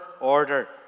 order